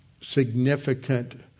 significant